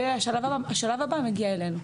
והשלב הבא מגיע אלינו.